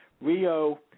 Rio